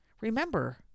Remember